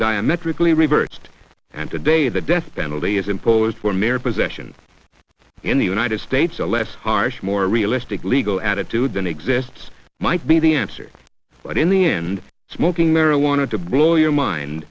diametrically reversed and today the death penalty is imposed for mere possession in the united states a less harsh more realistic legal attitude than exists might be the answer but in the end smoking marijuana to blow your mind